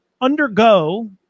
undergo